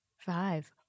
five